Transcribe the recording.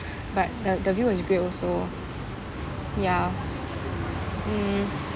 but the the view was great also ya mm